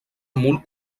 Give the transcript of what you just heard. molt